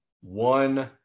one